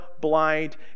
blind